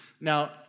Now